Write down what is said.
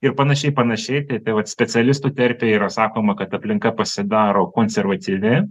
ir panašiai panašiai apie pie vat specialistų terpė yra sakoma kad aplinka pasidaro konservatyvi